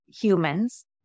humans